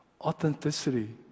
Authenticity